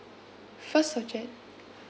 first of jan